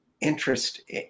interest